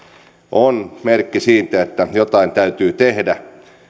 on merkki siitä että jotain täytyy tehdä